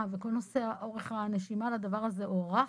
וכל נושא אורך הנשימה לדבר הזה הוארך,